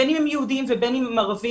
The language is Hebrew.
בין אם הם יהודים ובין אם הם ערבים,